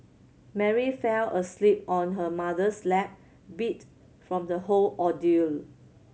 Mary fell asleep on her mother's lap beat from the whole ordeal